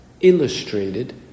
illustrated